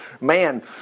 man